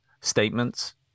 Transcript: statements